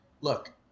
look